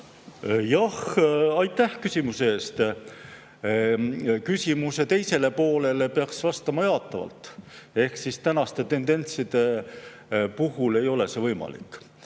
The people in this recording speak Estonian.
ole. Aitäh küsimuse eest! Küsimuse teisele poolele peaks vastama jaatavalt: tänaste tendentside puhul ei ole see võimalik.